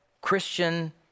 christian